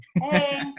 Hey